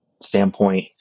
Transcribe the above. standpoint